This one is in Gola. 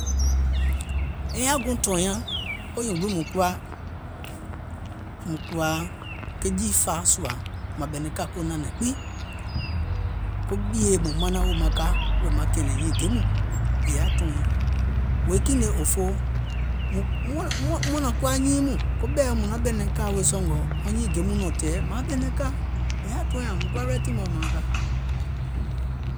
È yaȧ guùŋ tɔ̀ɔ̀nyaȧŋ, wo nyùùŋ gbiŋ mùŋ kuwa ke jiifàa sùȧ, mȧŋ ɓɛ̀nɛ̀ŋ kȧ ko nɛ̀nɛ̀ŋ gbiŋ ko yèe mùŋ manaŋ maŋ ka wèè maŋ kɛ̀ɛ̀nɛ̀ŋ wɔŋ gèe mɔɔ̀ŋ è yaȧ tɔ̀ɔ̀nyaȧŋ, wèè kiìŋ nèè òfoo muȧŋ nȧŋ kuwa nyiiŋ mɔɔ̀ŋ, koɓɛ̀i mùŋ naŋ ɓɛ̀nɛ̀ŋ kȧa wèè sɔ̀ngɔ̀ wɔŋ nyiiŋ gèe mɔɔ̀ŋ nɔ̀ŋ tɛ̀ɛ̀, mȧaŋ ɓɛ̀nɛ̀ŋ kȧa, è yaȧ tɔ̀ɔ̀nyaȧŋ mùŋ kuwa rightì mɔ̀ɛ̀ maaŋ ka.